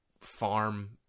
farm